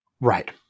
Right